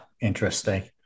Interesting